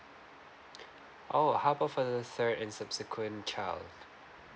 oh how about for the third and subsequent child